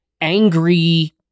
angry